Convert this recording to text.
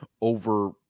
over